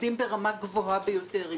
עובדים ברמה גבוהה ביותר,